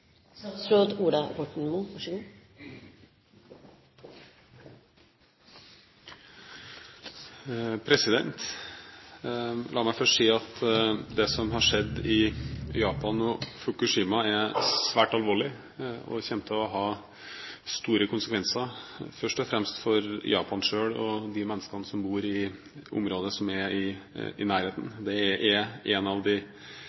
La meg først si at det som har skjedd i Japan og Fukushima er svært alvorlig, og kommer til å ha store konsekvenser først og fremst for Japan selv og de menneskene som bor i området som er i nærheten. Det er en av de virkelig store katastrofene i